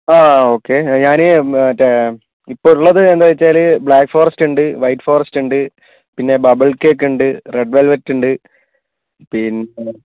അ ഒക്കെ ഞാന് മറ്റേ ഇപ്പോൾ ഉള്ളത് എന്താണ് എന്ന് വെച്ചാൽ ബ്ലാക്ക് ഫോറെസ്റ് ഉണ്ട് വൈറ്റ് ഫോറെസ്റ് ഉണ്ട് പിന്നെ ബബിൾ കേക്ക് ഉണ്ട് റെഡ് വെൽവെറ്റ് ഉണ്ട് പിന്നെ